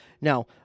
Now